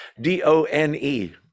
D-O-N-E